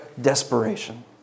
desperation